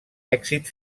èxit